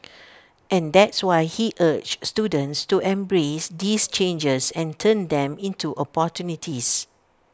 and that's why he urged students to embrace these changes and turn them into opportunities